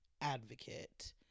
advocate